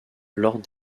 lors